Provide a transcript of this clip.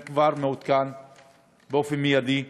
אני מעודכן באופן מיידי.